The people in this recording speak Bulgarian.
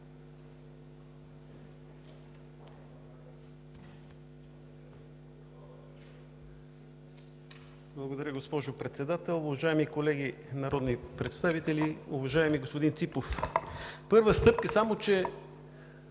Благодаря, госпожо Председател. Уважаеми колеги народни представители! Уважаеми господин Ципов, първа стъпка, само че